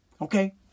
Okay